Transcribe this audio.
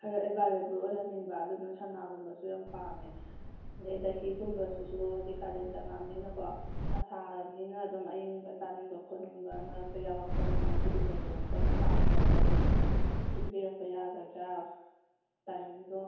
ꯈꯔ ꯑꯦꯚꯥꯏꯂꯦꯕꯜ ꯑꯣꯏꯍꯟꯅꯤꯡꯕ ꯑꯗꯨꯅ ꯁꯅꯥꯒꯨꯝꯕꯁꯨ ꯌꯥꯝ ꯄꯥꯝꯃꯦ ꯑꯗꯒꯤ ꯗꯍꯤꯒꯨꯝꯕꯁꯤꯁꯨ ꯍꯥꯏꯕꯗꯤ ꯀꯥꯂꯦꯟ ꯆꯪꯉꯛꯑꯕꯅꯤꯅꯀꯣ ꯁꯥꯔꯕꯅꯤꯅ ꯑꯗꯨꯝ ꯑꯏꯪꯕ ꯆꯥꯅꯤꯡꯕ ꯈꯣꯠꯅꯤꯡꯕ ꯃꯔꯛꯇ ꯌꯥꯎꯔꯛꯄꯅꯤꯅ ꯑꯗꯨꯒꯨꯝꯕꯁꯨ ꯈꯔ ꯄꯥꯝꯖꯕ ꯑꯗꯣ ꯁꯤꯟꯕꯤꯔꯛꯄ ꯌꯥꯒꯗ꯭ꯔꯥ ꯇꯥꯏꯃꯤꯡꯗꯣ